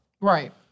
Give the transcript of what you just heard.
Right